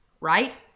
right